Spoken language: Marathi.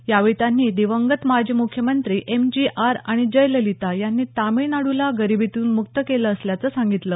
यावेळी त्यांनी दिवंगत माजी मुख्यमंत्री एम जी आर आणि जयललिता यांनी तामिळनाडूला गरिबीतून मुक्त केलं असल्याचं सांगितलं